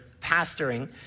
pastoring